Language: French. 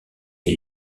les